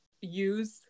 use